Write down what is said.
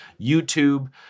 YouTube